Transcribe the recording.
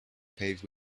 paved